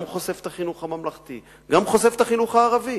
גם חושף את החינוך הממלכתי וגם חושף את החינוך הערבי.